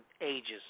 ages